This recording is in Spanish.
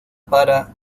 para